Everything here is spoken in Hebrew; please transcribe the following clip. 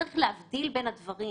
צריך להבדיל בין הדברים.